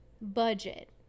Budget